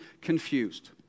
confused